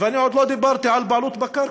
ואני עוד לא דיברתי על בעלות בקרקע,